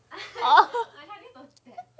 ugh